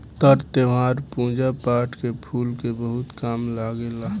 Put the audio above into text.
तर त्यौहार, पूजा पाठ में फूल के बहुत काम लागेला